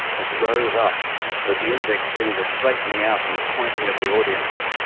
which rose up with the index finger straightening out and pointing at the audience.